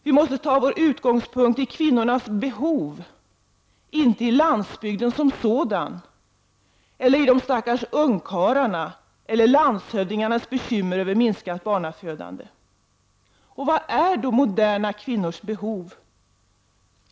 Vi måste ta vår utgångspunkt i kvinnornas behov, inte i landsbygden som sådan, eller i de stackars ungkarlarna eller landshövdingarnas bekymmer över minskat barnafödande. Vilka är då moderna kvinnors behov?